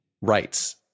rights